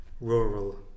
rural